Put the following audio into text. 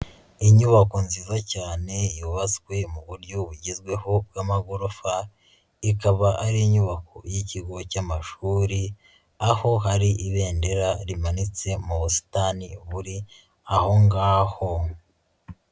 Inyubako nziza cyane yubatswe mu buryo bugezweho bw'amagorofa, ikaba ari inyubako y'ikigo cy'amashuri, aho hari ibendera rimanitse mu busitani buri ahongaho.